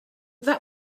that